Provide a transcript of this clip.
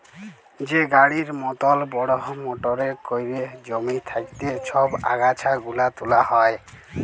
যে গাড়ির মতল বড়হ মটরে ক্যইরে জমি থ্যাইকে ছব আগাছা গুলা তুলা হ্যয়